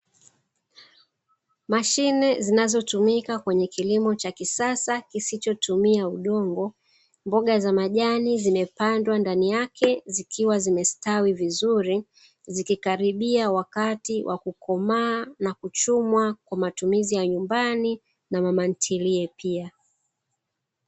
Mashine zinazotumika kwenye kilimo cha kiasa kisichotumia udongo, mboga za majani zimepandwa ndani yake zikiwa zimestawi vizuri zikikaribia wakati wa kukomaa na kuchumwa kwa matumizi ya nyumbani na mama ntilie pia.